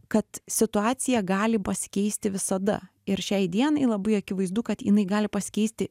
kad situacija gali pasikeisti visada ir šiai dienai labai akivaizdu kad jinai gali pasikeisti